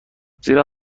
زیرا